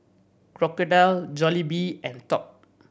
Crocodile Jollibee and Top